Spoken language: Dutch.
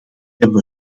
hebben